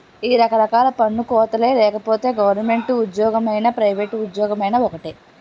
ఈ రకరకాల పన్ను కోతలే లేకపోతే గవరమెంటు ఉజ్జోగమైనా పైవేట్ ఉజ్జోగమైనా ఒక్కటే